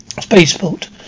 Spaceport